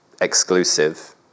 exclusive